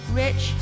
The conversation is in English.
rich